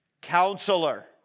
Counselor